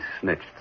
snitched